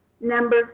Number